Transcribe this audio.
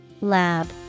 Lab